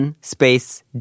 space